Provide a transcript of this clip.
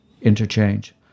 interchange